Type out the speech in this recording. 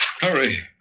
hurry